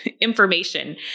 information